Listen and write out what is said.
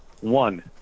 One